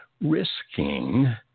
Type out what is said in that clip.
risking